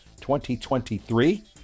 2023